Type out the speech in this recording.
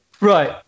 Right